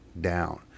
down